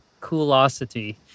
coolosity